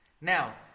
Now